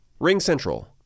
RingCentral